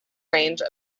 range